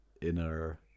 inner